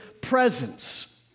presence